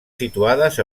situades